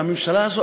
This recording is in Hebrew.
לממשלה הזו,